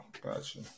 gotcha